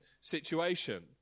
situation